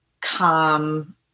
calm